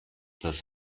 das